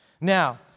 Now